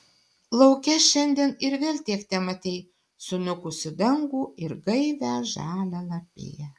lauke šiandien ir vėl tiek tematei suniukusį dangų ir gaivią žalią lapiją